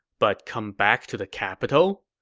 but come back to the capital?